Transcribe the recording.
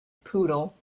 poodle